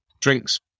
drinks